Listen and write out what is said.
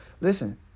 listen